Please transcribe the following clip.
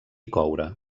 coure